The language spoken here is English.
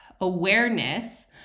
awareness